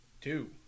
two